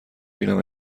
بینم